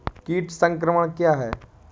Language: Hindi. कीट संक्रमण क्या है?